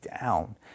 down